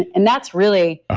and that's really